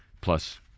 plus